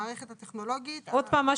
עוד פעם,